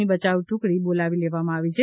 ની બચાવ ટુકડી બોલાવી લેવામાં આવી છે